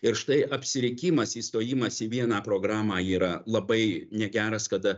ir štai apsirikimas įstojimas į vieną programą yra labai negeras kada